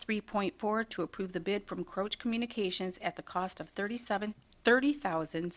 three point four to approve the bid from quote communications at the cost of thirty seven thirty thousand